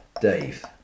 Dave